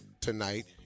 tonight